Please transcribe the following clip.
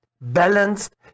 balanced